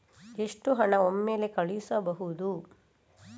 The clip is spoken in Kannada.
ಎಷ್ಟು ಹಣ ಒಮ್ಮೆಲೇ ಕಳುಹಿಸಬಹುದು?